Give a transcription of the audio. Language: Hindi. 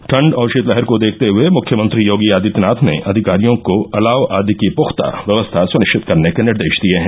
ठंड और शीतलहर को देखते हुये मुख्यमंत्री योगी आदित्यनाथ ने अधिकारियों को अलाव आदि की पुख्ता व्यवस्था सुनिश्चित करने के निर्देश दिये हैं